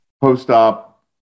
post-op